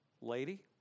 lady